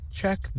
check